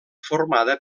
formada